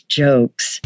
jokes